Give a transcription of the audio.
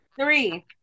Three